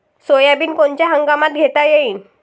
Soybean कोनच्या हंगामात घेता येईन?